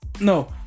No